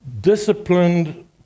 disciplined